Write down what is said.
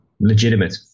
legitimate